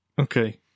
okay